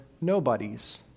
nobodies